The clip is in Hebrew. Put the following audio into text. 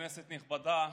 כנסת נכבדה,